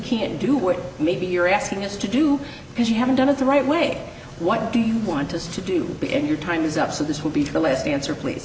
can do what maybe you're asking us to do because you haven't done it the right way what do you want us to do in your time is up so this will be the last answer pl